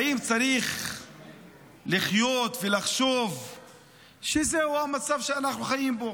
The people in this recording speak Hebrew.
האם צריך לחיות ולחשוב שזהו המצב שאנו חיים בו,